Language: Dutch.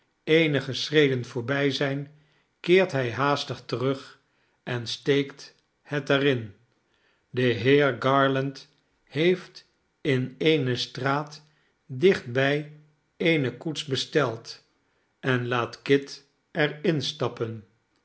eenige schreden voorbij zijn keert hij haastig terug en steekt het er in de heer garland heeft in eene straat dichtbij eene koets besteld en laat kit er instappen